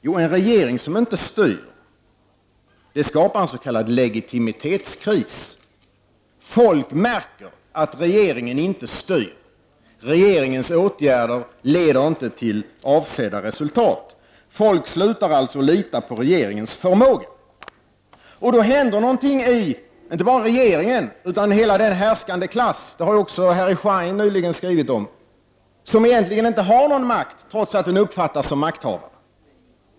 Jo, en regering som inte styr skapar en s.k. legitimitetskris. Folk märker att regeringen inte styr. Regeringens åtgärder leder inte till avsett resultat. Folk slutar alltså att lita på regeringens förmåga. Då hände någonting inte bara i regeringen utan i hela den härskande klassen — detta har nyligen också Harry Schein skrivit om — som egentligen inte har någon makt men som uppfattas som makthavare.